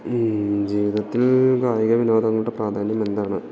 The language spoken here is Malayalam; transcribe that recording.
ജീവിതത്തില് കായിക വിനോദങ്ങളുടെ പ്രാധാന്യമെന്താണ്